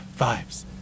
vibes